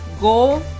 go